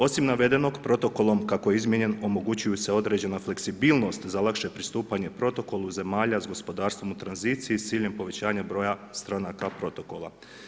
Osim navedenog protokolom kako je izmijenjen omogućuju se određena fleksibilnost za lakše pristupanje protokolu zemalja sa gospodarstvom u tranziciji s ciljem povećanja broja stranaka protokola.